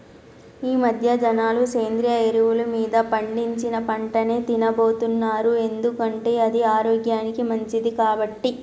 ఈమధ్య జనాలు సేంద్రియ ఎరువులు మీద పండించిన పంటనే తిన్నబోతున్నారు ఎందుకంటే అది ఆరోగ్యానికి మంచిది కాబట్టి